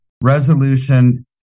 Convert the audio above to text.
resolution